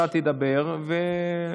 אתה מציג את החוק.